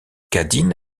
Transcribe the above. cadine